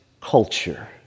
culture